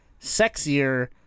sexier